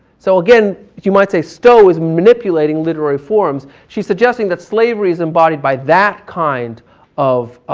so again, you might say stowe is manipulating literary forms. she's suggesting that slavery is embodied by that kind of